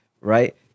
right